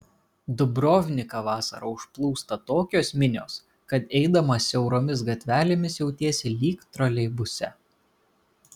dubrovniką vasarą užplūsta tokios minios kad eidamas siauromis gatvelėmis jautiesi lyg troleibuse